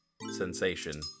sensation